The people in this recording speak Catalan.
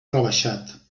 rebaixat